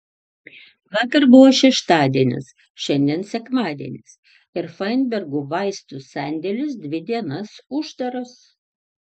vakar buvo šeštadienis šiandien sekmadienis ir fainbergų vaistų sandėlis dvi dienas uždaras